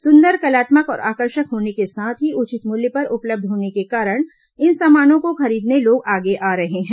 सुंदर कलात्मक और आकर्षक होने के साथ उचित मूल्य पर उपलब्ध होने के कारण इन सामानों को खरीदने लोग आगे आ रहे हैं